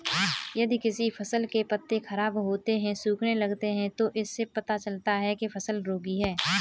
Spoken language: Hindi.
यदि किसी फसल के पत्ते खराब होते हैं, सूखने लगते हैं तो इससे पता चलता है कि फसल रोगी है